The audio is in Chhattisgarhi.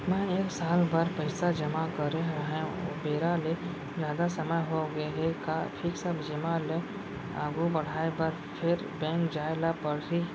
मैं एक साल बर पइसा जेमा करे रहेंव, बेरा ले जादा समय होगे हे का फिक्स जेमा ल आगू बढ़ाये बर फेर बैंक जाय ल परहि?